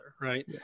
right